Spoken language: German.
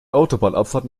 autobahnabfahrt